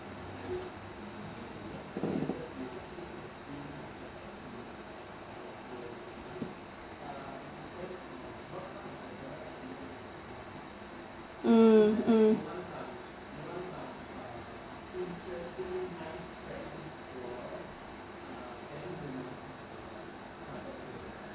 mm mm